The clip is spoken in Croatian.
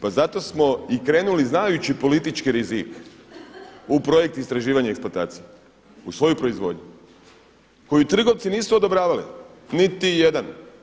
Pa zato smo i krenuli znajući politički rizik u projekt istraživanja i eksploatacije, u svoju proizvodnju koju trgovci nisu odobravali niti jedan.